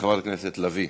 חברת הכנסת לביא.